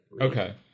Okay